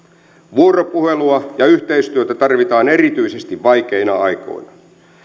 vuoropuhelua ja yhteistyötä tarvitaan erityisesti vaikeina aikoina